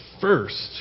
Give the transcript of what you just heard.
first